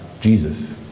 Jesus